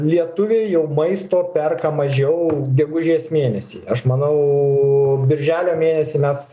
lietuviai jau maisto perka mažiau gegužės mėnesį aš manau birželio mėnesį mes